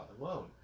alone